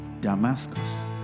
Damascus